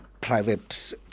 private